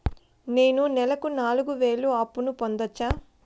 నేను నెలకు నాలుగు వేలు అప్పును పొందొచ్చా?